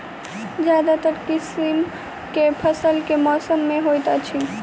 ज्यादातर किसिम केँ फसल केँ मौसम मे होइत अछि?